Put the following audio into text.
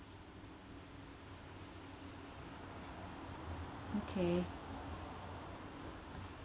okay